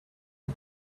you